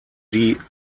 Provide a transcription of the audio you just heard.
die